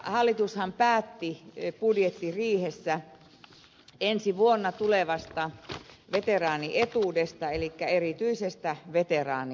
hallitushan päätti budjettiriihessä ensi vuonna tulevasta veteraanietuudesta elikkä erityisestä veteraanilisästä